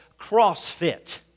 CrossFit